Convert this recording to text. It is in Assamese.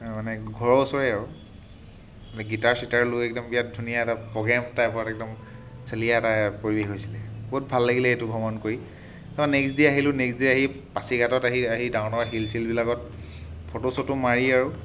মানে ঘৰৰ ওচৰৰে আৰু গিটাৰ চিটাৰ লৈ একদম বিৰাট ধুনীয়া এটা প্ৰগ্ৰেম টাইপত একদম চালিয়া এটা পৰিৱেশ হৈছিলে বহুত ভাল লাগিলে এইটো ভ্ৰমণ কৰি তাপা নেক্সট ডে' আহিলোঁ নেক্সট ডে' আহি পাছিঘাটত আহি আহি ডাঙৰ ডাঙৰ শিল চিলবিলাকত ফটো চটো মাৰি আৰু